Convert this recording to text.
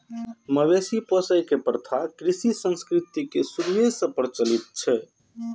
मवेशी पोसै के प्रथा कृषि संस्कृति के शुरूए सं प्रचलित छै